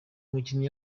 mukinnyi